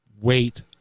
wait